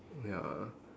ya